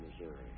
missouri